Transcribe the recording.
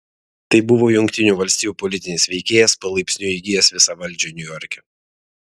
tai buvo jungtinių valstijų politinis veikėjas palaipsniui įgijęs visą valdžią niujorke